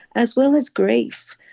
as well as grief.